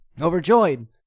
overjoyed